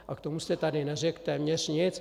A k tomu jste tady neřekl téměř nic.